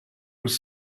was